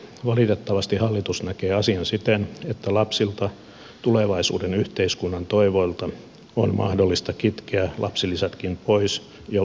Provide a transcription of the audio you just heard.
valitettavasti hallitus näkee asian siten että lapsilta tulevaisuuden yhteiskunnan toivoilta on mahdollista kitkeä lapsilisätkin pois jo varhaisessa vaiheessa